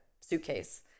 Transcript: suitcase